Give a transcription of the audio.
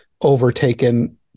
overtaken